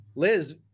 Liz